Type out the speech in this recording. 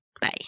Bye